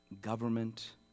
government